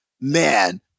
man